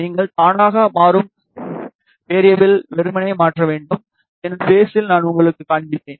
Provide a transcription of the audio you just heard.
நீங்கள் தானாகவே மாறும் வெறியபிள் வெறுமனே மாற்ற வேண்டும் பின்னர் பேஸில் நான் உங்களுக்குக் காண்பிப்பேன்